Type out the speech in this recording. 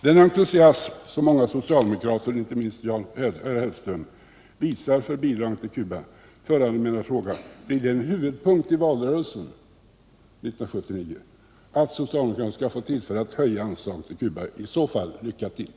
Den entusiasm som många socialdemokrater, inte minst Mats Hellström, visar för bidrag till Cuba föranleder mig att fråga: Blir det en huvudpunkt i valrörelsen 1979, att socialdemokraterna skall få tillfälle att höja anslagen till Cuba? I så fall: Lycka till!